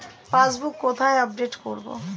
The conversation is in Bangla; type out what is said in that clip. পাসবুক কোথায় আপডেট করব?